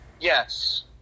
Yes